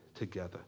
together